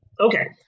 Okay